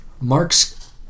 Marx